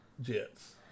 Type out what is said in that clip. jets